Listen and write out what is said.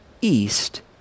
east